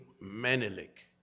Menelik